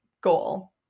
goal